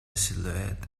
silhouette